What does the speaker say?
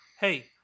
hey